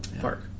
Park